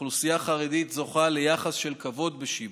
האוכלוסייה החרדית זוכה ליחס של כבוד בשיבא.